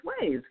ways